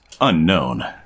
unknown